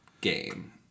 game